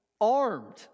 armed